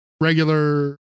regular